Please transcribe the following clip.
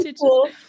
cool